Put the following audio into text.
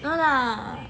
no lah